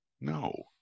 No